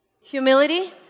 Humility